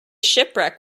shipwreck